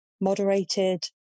moderated